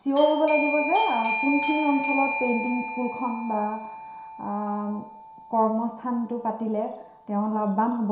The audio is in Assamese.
ছিয়ৰ হ'ব লাগিব যে কোনখিনি অঞ্চলত পেইণ্টিং স্কুলখন বা কৰ্মস্থানটো পাতিলে তেওঁ লাভবান হ'ব